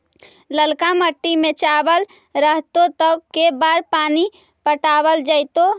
ललका मिट्टी में चावल रहतै त के बार पानी पटावल जेतै?